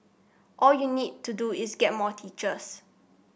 all you need to do is get more teachers